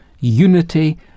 unity